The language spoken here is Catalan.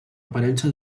aparença